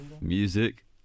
Music